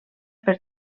per